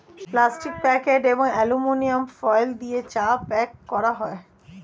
plastic packet এবং aluminium foil দিয়ে চা প্যাক করা হয়